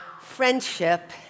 friendship